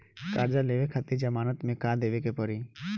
कर्जा लेवे खातिर जमानत मे का देवे के पड़ी?